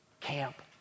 camp